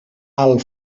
alt